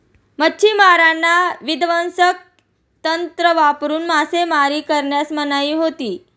मच्छिमारांना विध्वंसक तंत्र वापरून मासेमारी करण्यास मनाई होती